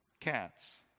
cats